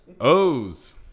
O's